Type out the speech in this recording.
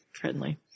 friendly